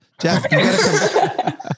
Jeff